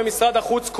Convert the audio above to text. במשרד החוץ,